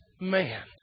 man